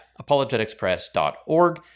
apologeticspress.org